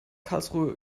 karlsruhe